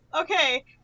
Okay